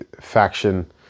faction